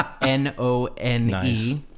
N-O-N-E